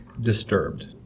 disturbed